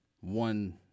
one